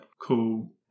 cool